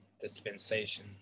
dispensation